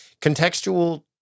contextual